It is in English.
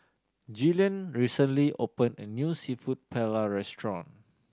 Gillian recently open a new Seafood Paella Restaurant